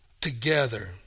together